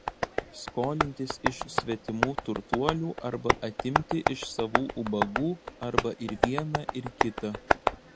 skolintis iš svetimų turtuolių arba atimti iš savų ubagų arba ir viena ir kita